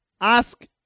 ask